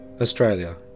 Australia